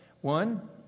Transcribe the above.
One